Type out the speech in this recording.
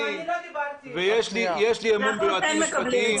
יש לי אמון ביועצים המשפטיים.